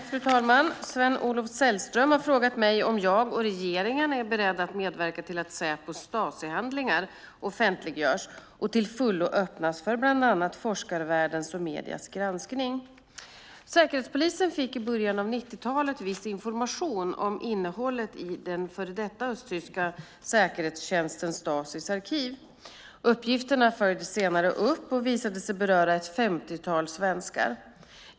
Fru talman! Sven-Olof Sällström har frågat mig om jag och regeringen är beredda att medverka till att Säpos Stasihandlingar offentliggörs och till fullo öppnas för bland annat forskarvärldens och mediers granskning. Säkerhetspolisen fick i början av 1990-talet viss information om innehållet i den före detta östtyska säkerhetstjänsten Stasis arkiv. Uppgifterna följdes senare upp och visade sig beröra ett femtiotal svenskar.